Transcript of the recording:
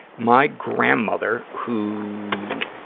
my grandmother, who